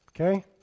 okay